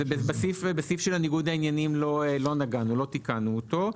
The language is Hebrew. בסעיף של ניגוד העניינים לא נגענו לא תיקנו אותו,